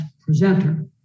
presenter